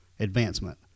Advancement